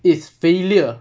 its failure